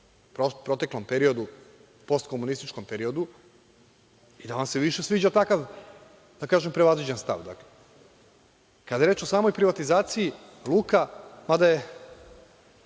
proteklom periodu postkomunističkom periodu i da vam se više sviđa takav, da kažem, prevaziđen stav. Kada je reč o samoj privatizaciji luka, mada je